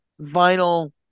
vinyl